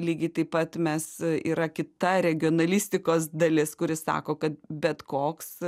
lygiai taip pat mes yra kita regionalistikos dalis kuris sako kad bet koks